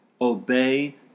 Obey